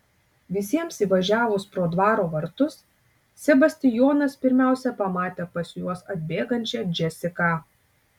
visiems įvažiavus pro dvaro vartus sebastijonas pirmiausia pamatė pas juos atbėgančią džesiką